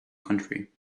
country